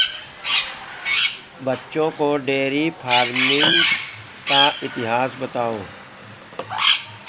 बच्चों को dairy farming का इतिहास बताओ